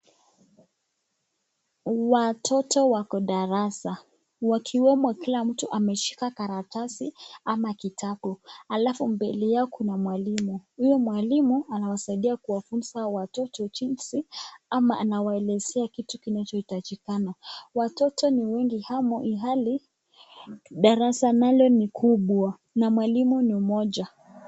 Watoto wako darasa wakiwemo kila mtu ameshika karatasi ama kitabu alafu mbele yao kuna mwalimu huyu mwalimu anawasaidia kuwafunza watoto jinsi ama anawaelezea kitu kinacho hitajikana. Watoto ni wengi hamo ilhali darasa nalo ni kubwa na mwalimu ni mmoja.